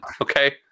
Okay